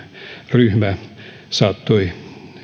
ryhmä saattoi